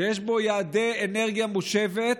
שיש בו יעדי אנרגיה מושבת,